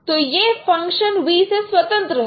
तो यह function v से स्वतंत्र है